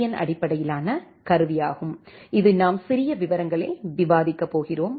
என் அடிப்படையிலான கருவியாகும் இது நாம் சிறிய விவரங்களில் விவாதிக்கப் போகிறோம்